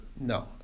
no